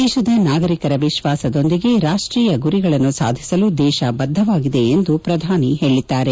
ದೇಶದ ನಾಗರಿಕರ ವಿಶ್ವಾಸದೊಂದಿಗೆ ರಾಷ್ಟೀಯ ಗುರಿಗಳನ್ನು ಸಾಧಿಸಲು ದೇಶ ಬದ್ದವಾಗಿದೆ ಎಂದು ಪ್ರಧಾನಮಂತ್ರಿ ಹೇಳಿದ್ದಾರೆ